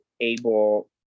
able